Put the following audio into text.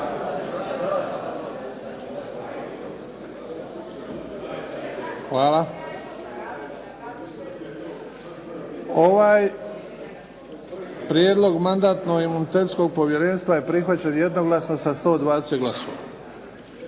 Hvala. Ovaj prijedlog Mandatno-imunitetskog povjerenstva je prihvaćen jednoglasno sa 120 glasova.